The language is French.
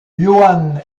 johann